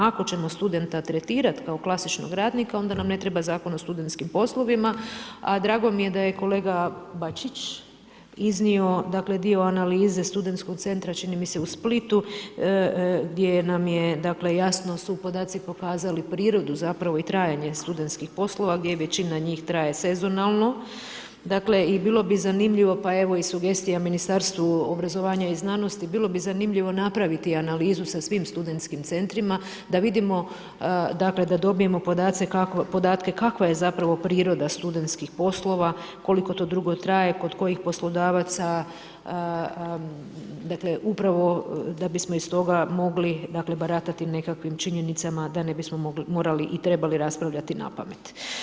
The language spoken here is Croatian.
Ako ćemo studenta tretirati kao klasičnog radnika onda nam ne treba Zakon o studentskim poslovima a drago mi je da je kolega Bačić iznio dio analize SC čini mi se u Splitu, gdje nam je jasno da su podaci pokazali prirodu zapravo i trajanje studentskih poslova gdje većina njih traje sezonalno, dakle i bilo bi zanimljivo, pa evo sugestija Ministarstvu obrazovanja i znanosti, bilo bi zanimljivo napraviti analizu sa svim SC-ima da vidimo, dakle da dobijemo podatke kakva je zapravo priroda studentskih poslova, koliko to dugo traje, kod kojih poslodavaca, dakle upravo da bismo iz toga mogli baratati nekakvim činjenicama da ne bismo morali i trebali raspravljati napamet.